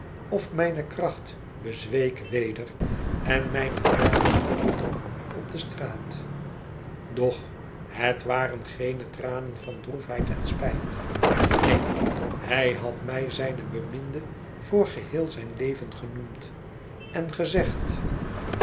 of mijne kracht bezweek weder en mijne tranen droppelden op de straat doch het waren geene tranen van droefheid en spijt neen hij had mij zijne beminde voor geheel zijn leven genoemd en gezegd